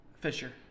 Fisher